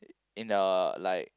in uh like